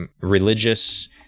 religious